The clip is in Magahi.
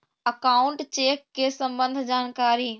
अकाउंट चेक के सम्बन्ध जानकारी?